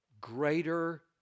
greater